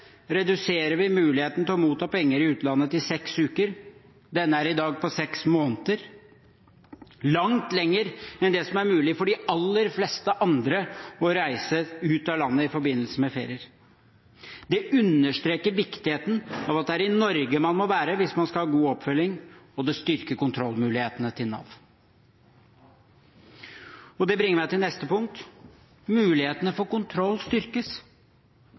reduserer vi muligheten til å motta penger i utlandet til seks uker. Denne er i dag på seks måneder, langt lenger enn det som er mulig for de aller fleste andre å reise ut av landet i forbindelse med ferier. Det understreker viktigheten av at det er i Norge man må være hvis man skal ha god oppfølging, og det styrker kontrollmulighetene til Nav. Det bringer meg til neste punkt: Mulighetene for kontroll styrkes.